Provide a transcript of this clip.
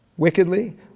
Wickedly